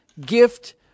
gift